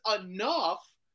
enough